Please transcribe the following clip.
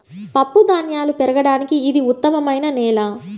పప్పుధాన్యాలు పెరగడానికి ఇది ఉత్తమమైన నేల